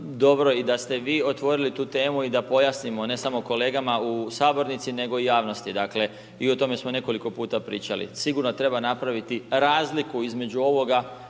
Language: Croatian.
dobro i da ste vi otvorili tu temu i da pojasnimo, ne samo kolegama u sabornici, nego i javnosti. Dakle, i o tome smo nekoliko puta pričali. Sigurno treba napraviti razliku između ovoga